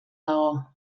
dago